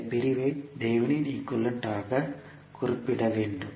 இந்த பிரிவை Thevenin equivalent ஆக குறிப்பிட வேண்டும்